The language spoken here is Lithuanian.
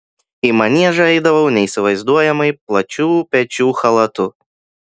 į maniežą eidavau neįsivaizduojamai plačių pečių chalatu